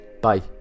bye